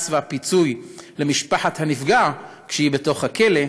והפיצוי למשפחת הנפגע כשהיא בתוך הכלא,